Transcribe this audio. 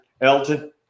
Elton